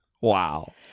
wow